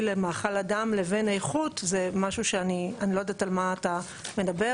למאכל אדם לבין איכות - זה משהו שאני לא יודעת על מה אתה מדבר.